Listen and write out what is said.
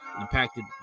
impacted